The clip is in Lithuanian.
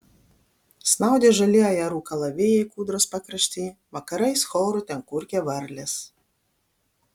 snaudė žali ajerų kalavijai kūdros pakrašty vakarais choru ten kurkė varlės